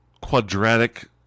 quadratic